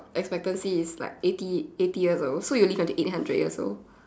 expectancy is like eighty eighty years old so you will live until eight hundred years old